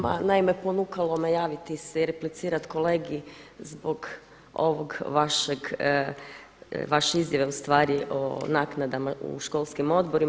Ma naime, ponukalo me javiti se i replicirati kolegi zbog ovog vašeg, vaše izjave u stvari o naknadama u školskim odborima.